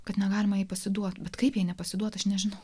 kad negalima pasiduoti bet kaip nepasiduoti aš nežinau